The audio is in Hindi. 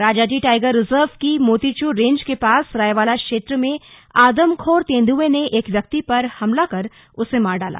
राजाजी टाइगर रिजर्व की मोतीचूर रेंज के पास रायवाला क्षेत्र में आदमखोर तेंदुए ने एक व्यक्ति पर हमला कर उसे मार डाला